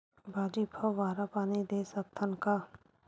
भाजी फवारा पानी दे सकथन का?